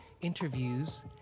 interviews